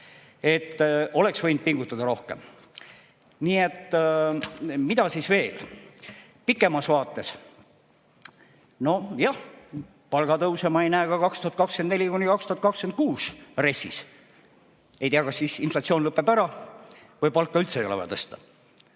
Oleks võinud pingutada rohkem. Mida siis veel? Pikemas vaates, nojah, palgatõuse ma ei näe ka 2024–2026 RES‑is. Ei tea, kas siis inflatsioon lõpeb ära või palka üldse ei ole vaja tõsta.